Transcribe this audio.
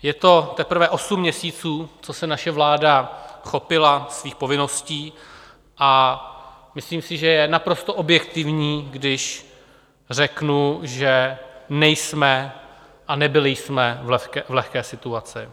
Je to teprve osm měsíců, co se naše vláda chopila svých povinností, a myslím si, že je naprosto objektivní, když řeknu, že nejsme a nebyli jsme v lehké situaci.